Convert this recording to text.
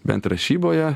bent rašyboje